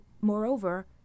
moreover